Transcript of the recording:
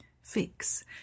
fix